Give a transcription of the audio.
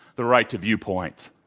the right to viewpoints.